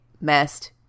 messed